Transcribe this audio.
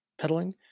pedaling